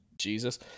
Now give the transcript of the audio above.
Jesus